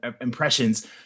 impressions